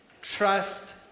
trust